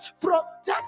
Protect